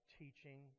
teaching